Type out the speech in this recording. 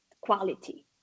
quality